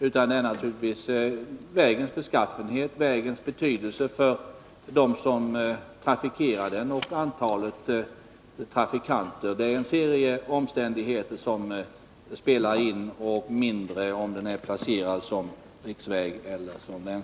Det avgörande är naturligtvis vägens beskaffenhet, dess betydelse för dem som trafikerar den och antalet trafikanter. Det är en serie sådana omständigheter som spelar in.